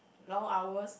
long hours